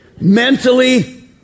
mentally